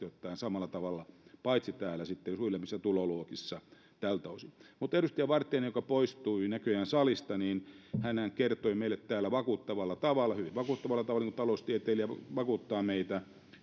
ottaen samalla tavalla paitsi sitten suuremmissa tuloluokissa tältä osin mutta edustaja vartiainenhan joka poistui näköjään salista kertoi meille täällä vakuuttavalla tavalla hyvin vakuuttavalla tavalla niin kuin taloustieteilijä vakuuttaa meitä